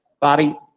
Bobby